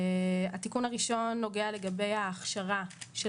התיקון הראשון נוגע לגבי ההכשרה של